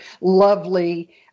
lovely